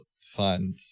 find